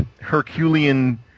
Herculean